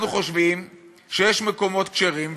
אנחנו חושבים שיש מקומות כשרים,